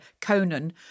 Conan